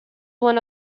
one